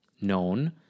known